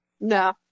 No